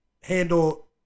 handle